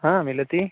हा मिलति